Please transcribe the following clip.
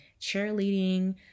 cheerleading